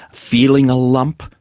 feeling a lump,